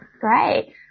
Great